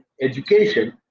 education